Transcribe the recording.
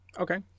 Okay